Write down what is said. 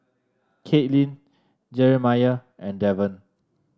Katelyn Jerimiah and Devan